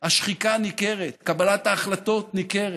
השחיקה ניכרת, קבלת ההחלטות ניכרת.